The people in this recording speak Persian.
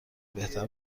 بهتر